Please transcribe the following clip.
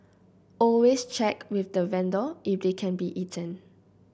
always check with the vendor if they can be eaten